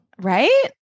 Right